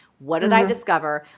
what did i discover?